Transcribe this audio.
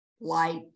light